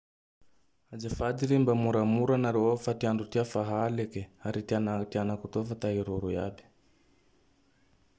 Azafady rehe mba moramora nareo fa ty andro tia fa halike. Ary ty ana-anako tia fa te iroro iaby.